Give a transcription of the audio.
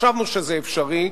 חשבנו שזה אפשרי,